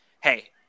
hey